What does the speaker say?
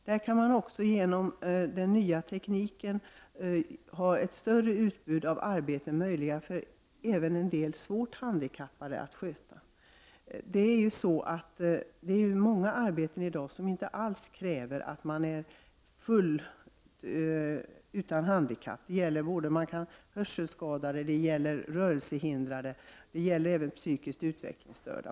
Genom den nya tekniken är det möjligt med ett större utbud av arbeten för även svårt handikappade. I dag finns det ju många arbeten som även handikappade kan ha. Det gäller hörselskadade, rörelsehindrade och även psykiskt utvecklingsstörda.